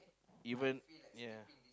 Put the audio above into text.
even ya